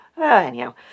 Anyhow